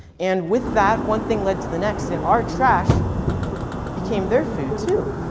and with that, one thing led to the next. and our trash became their food too.